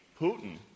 Putin